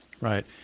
right